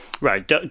Right